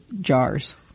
jars